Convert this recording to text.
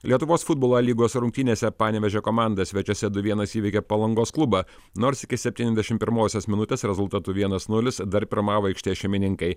lietuvos futbolo a lygos rungtynėse panevėžio komanda svečiuose du vienas įveikė palangos klubą nors iki septyniasdešim pirmosios minutės rezultatu vienas nulis dar pirmavo aikštės šeimininkai